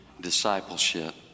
discipleship